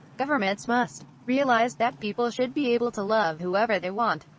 governments must realize that people should be able to love whoever they want.